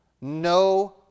no